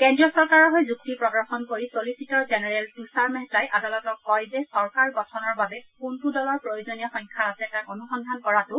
কেদ্ৰীয় চৰকাৰৰ হৈ যুক্তি প্ৰদৰ্শন কৰি চলিচিটৰ জেনেৰেল তৃষাৰ মেহতাই আদালতক কয় যে চৰকাৰ গঠনৰ বাবে কোনটো দলৰ প্ৰয়োজনীয় সংখ্যা আছে তাক অনুসন্ধান কৰাটো